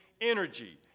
energy